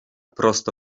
prosto